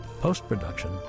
Post-production